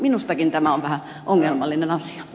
minustakin tämä on vähän ongelmallinen asia